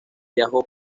viajó